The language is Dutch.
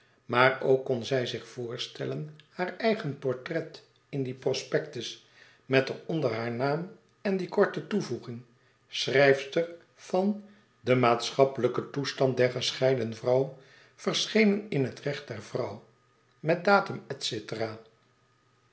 maar ook kon zij zich voorstellen haar eigen portret in dien prospectus met er onder haren naam en die korte toevoeging schrijfster van de maatschappelijke toestand der gescheiden vrouw verschenen in het recht der vrouw met datum etcetera